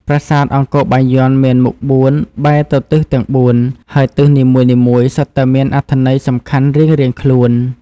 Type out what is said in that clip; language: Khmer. ប្រាសាទអង្គរបាយ័នមានមុខបួនបែរទៅទិសទាំងបួន ហើយទិសនីមួយៗសុទ្ធតែមានអត្ថន័យសំខាន់រៀងៗខ្លួន។